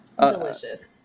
Delicious